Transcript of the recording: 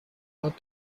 out